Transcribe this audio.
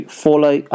follow